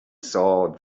saw